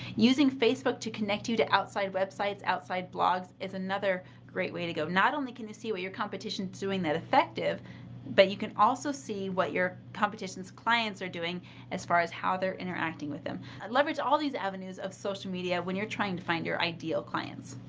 using facebook to connect you to outside websites, outside blogs is another great way to go. not only can you see what your competition is doing that effective but you can also see what your competitions clients are doing as far as how they're interacting with them. and leverage all these avenues of social media when you're trying to find your ideal clients.